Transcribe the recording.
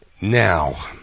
Now